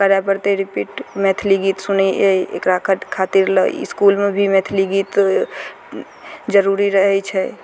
करय पड़तय रिपीट मैथिली गीत सुनय एकरा खातिर इसकुलमे भी मैथिली गीत जरुरी रहय छै